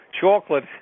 chocolate